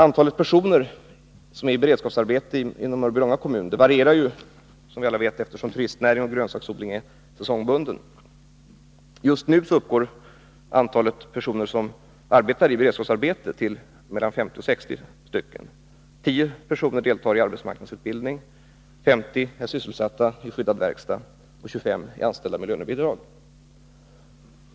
Antalet personer i beredskapsarbete inom Mörbylånga kommun varierar, eftersom turistnäring och grönsaksodling är säsongbundna. Just nu uppgår antalet personer som arbetar i beredskapsarbete till mellan 50 och 60, 10 personer deltar i arbetsmarknadsutbildning, 50 är sysselsatta i skyddad verkstad och 25 är anställda med lönebidrag.